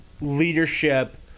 leadership